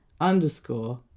underscore